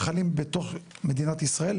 וחלים בתוך מדינת ישראל,